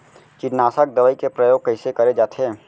कीटनाशक दवई के प्रयोग कइसे करे जाथे?